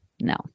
No